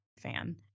fan